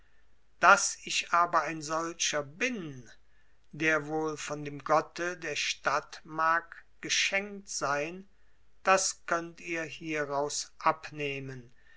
daß ich aber ein solcher bin der wohl von dem gotte der stadt mag geschenkt sein das könnt ihr hieraus abnehmen